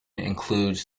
includes